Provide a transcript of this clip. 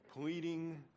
pleading